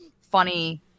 funny